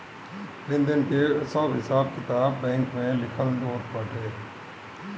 लेन देन कअ सब हिसाब किताब बैंक में लिखल होत बाटे